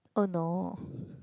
oh no